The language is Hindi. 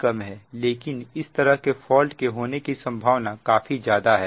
लेकिन इस तरह के फॉल्ट के होने की संभावना काफी ज्यादा है